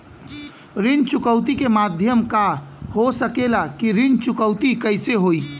ऋण चुकौती के माध्यम का हो सकेला कि ऋण चुकौती कईसे होई?